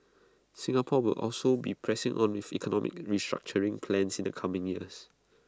Singapore will also be pressing on with economic restructuring plans in the coming years